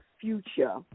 future